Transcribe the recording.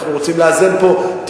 אנחנו רוצים לאזן פה,